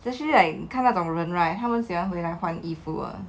especially like 看那种人 right 他们喜欢回来换衣服啊